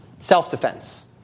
self-defense